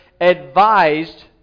advised